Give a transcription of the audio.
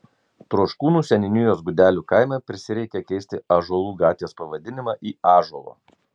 troškūnų seniūnijos gudelių kaime prisireikė keisti ąžuolų gatvės pavadinimą į ąžuolo